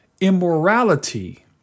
immorality